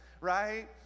right